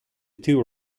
two